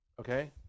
Okay